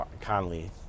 Conley